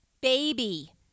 Baby